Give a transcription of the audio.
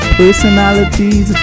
personalities